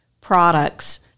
products